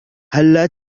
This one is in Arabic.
هلا